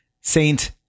Saint